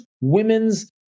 women's